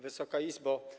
Wysoka Izbo!